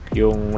yung